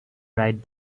right